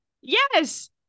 yes